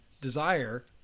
desire